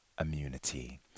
immunity